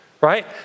right